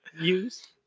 use